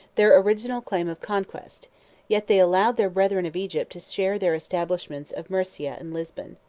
their original claim of conquest yet they allowed their brethren of egypt to share their establishments of murcia and lisbon.